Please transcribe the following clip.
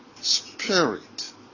spirit